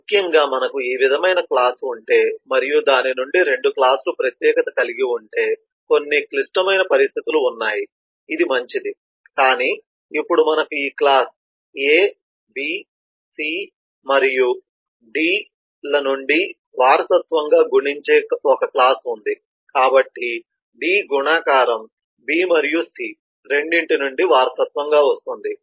ముఖ్యంగా మనకు ఈ విధమైన క్లాస్ ఉంటే మరియు దాని నుండి 2 క్లాస్ లు ప్రత్యేకత కలిగి ఉంటే కొన్ని క్లిష్టమైన పరిస్థితులు ఉన్నాయి ఇది మంచిది కాని అప్పుడు మనకు ఈ క్లాస్ A B C మరియు D ల నుండి వారసత్వంగా గుణించే ఒక క్లాస్ ఉంది కాబట్టి D గుణకారం B మరియు C రెండింటి నుండి వారసత్వంగా వస్తుంది